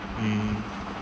mm